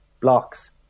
blocks